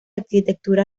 arquitectura